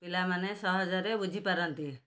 ପିଲାମାନେ ସହଜରେ ବୁଝିପାରନ୍ତି